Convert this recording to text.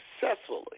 successfully